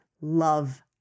Love